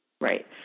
Right